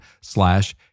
slash